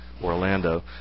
Orlando